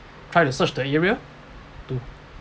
try to search the area to